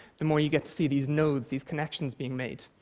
the more you get to see these nodes, these connections being made.